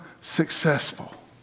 successful